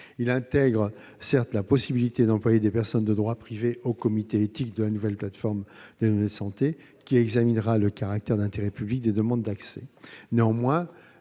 11 prévoit certes la possibilité d'intégrer des personnes de droit privé au comité éthique de la nouvelle plateforme des données de santé, qui examinera le caractère d'intérêt public des demandes d'accès. Néanmoins,